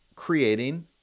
creating